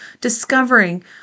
discovering